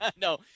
No